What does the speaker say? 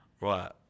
Right